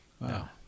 Wow